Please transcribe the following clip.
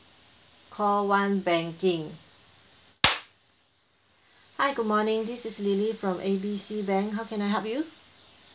call one banking hi good morning this is lily from A B C bank how can I help you